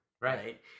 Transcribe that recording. Right